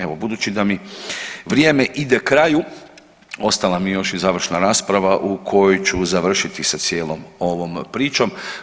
Evo, budući da mi vrijeme ide kraju ostala mi još i završna rasprava u kojoj ću završiti sa cijelom ovom pričom.